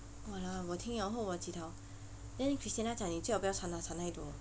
walao 我听了后我:wo ting liao hou wo jit tao then christina 讲你最好不要参他参太多